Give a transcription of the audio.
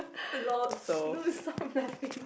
lol no stop laughing